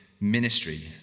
ministry